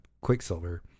Quicksilver